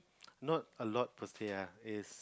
not a lot per se ah is